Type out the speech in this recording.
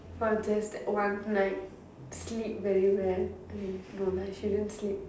for just that one night sleep very well no I shouldn't sleep